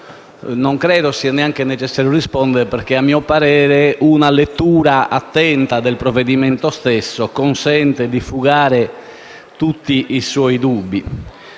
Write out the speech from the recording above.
non credo sia neanche necessario rispondere perché, a mio parere, una lettura attenta del provvedimento stesso consente di fugare tutti i suoi dubbi,